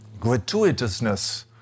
gratuitousness